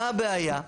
מה הבעיה?